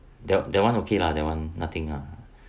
the that [one] okay lah that [one] nothing lah